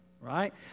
right